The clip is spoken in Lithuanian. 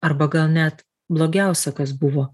arba gal net blogiausia kas buvo